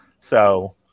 So-